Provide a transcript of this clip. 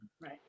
Right